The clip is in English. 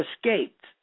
escaped